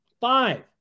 five